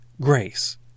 grace